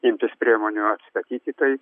imtis priemonių atstatyti tai